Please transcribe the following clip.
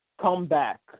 comeback